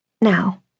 Now